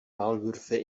maulwürfe